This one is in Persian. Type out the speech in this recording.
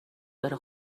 بره